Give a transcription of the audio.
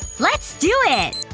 let's do it!